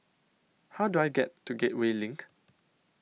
How Do I get to Gateway LINK